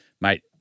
Mate